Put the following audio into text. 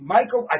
Michael